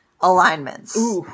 alignments